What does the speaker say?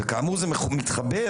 וכאמור זה מתחבר,